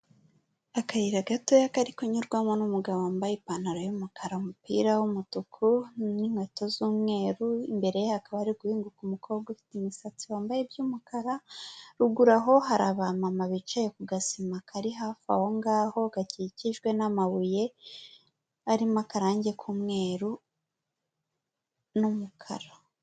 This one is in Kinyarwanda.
Akayira gatoya kari kunyurwamo n'umugabo wambaye ipantaro y'umukara, umupira w'umutuku n'inkweto z'umweru, imbere ye hakaba hari guhinguka umukobwa ufite imisatsi, wambaye iby'umukara, ruguru aho hari abamama bicaye ku gasima kari hafi aho ngaho gakikijwe n'amabuye, arimo akarange k'umweru n'umukara.